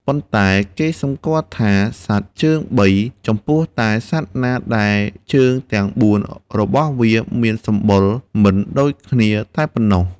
ប៉ុន្តែ គេសម្គាល់ថា សត្វជើងបី ចំពោះតែសត្វណាដែលជើងទាំងបួនរបស់វាមានសម្បុរមិនដូចគ្នាតែប៉ុណ្ណោះ។